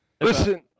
Listen